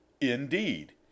Indeed